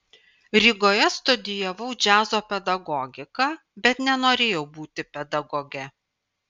rygoje studijavau džiazo pedagogiką bet nenorėjau būti pedagoge